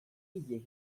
ivez